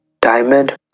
diamond